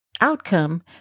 outcome